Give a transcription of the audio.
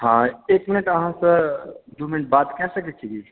हँ एक मिनट अहाँसे दू मिनट बात कऽ सकै छी की